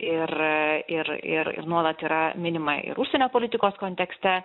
ir ir ir ir nuolat yra minima ir užsienio politikos kontekste